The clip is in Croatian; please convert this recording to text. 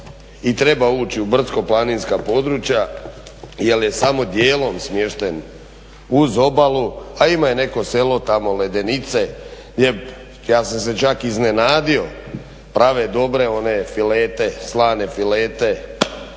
i treba ući u brdsko-planinska područja jer je samo dijelom smješten uz obalu, a ima i neko selo tamo Ledenice. Ja sam se čak iznenadio, prave dobre one filete, slane filete.